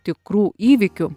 tikrų įvykių